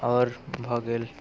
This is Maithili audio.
आओर भऽ गेल